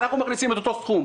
אנחנו מכניסים את אותו סכום,